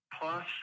Plus